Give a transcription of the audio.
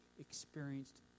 experienced